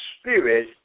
spirit